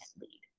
lead